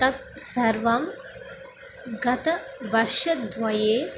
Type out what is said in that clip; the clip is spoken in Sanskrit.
तत् सर्वं गतवर्षद्वये